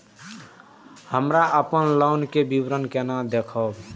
हमरा अपन लोन के विवरण केना देखब?